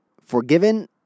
forgiven